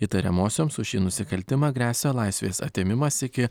įtariamosioms už šį nusikaltimą gresia laisvės atėmimas iki